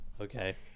Okay